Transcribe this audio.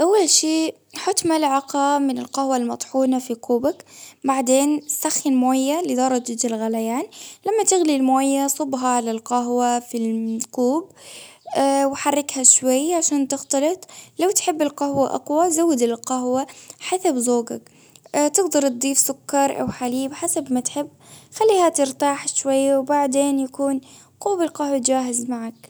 أول شي حكم ملعقة من القهوة المطحونة في كوبك، بعدين سخن موية لدرجة الغليان، لما تغلي الموية صبها على القهوة في الكوب، وحركها شوي عشان تختلط. لو تحب القهوة أقوى زود القهوة حسب زوقك تفضل تضيف سكر أو حليب حسب ما تحب، خليها ترتاح شوية وبعدين يكون جاهز معك.